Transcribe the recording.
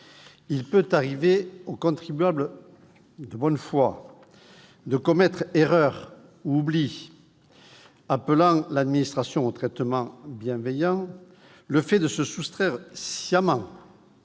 il peut arriver au contribuable de bonne foi de commettre erreur ou oubli, appelant de l'administration un traitement bienveillant, le fait de se soustraire sciemment